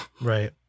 right